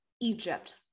Egypt